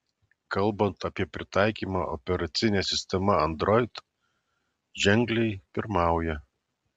kalbant apie pritaikymą operacinė sistema android ženkliai pirmauja